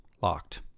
locked